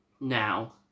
now